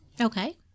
Okay